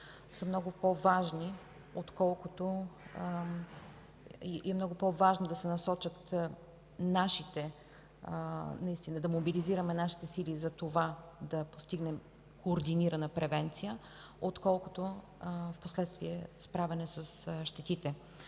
са много по-важни. Много по-важно е да мобилизираме нашите сили за постигането на координирана превенция, отколкото впоследствие – справяне с щетите.